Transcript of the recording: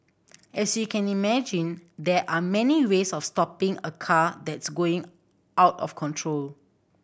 as you can imagine there are many ways of stopping a car that's going out of control